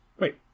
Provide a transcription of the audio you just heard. Wait